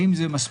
האם זה מספיק?